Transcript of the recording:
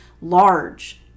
large